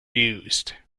used